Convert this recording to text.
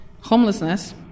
homelessness